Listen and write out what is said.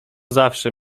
zawsze